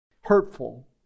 Hurtful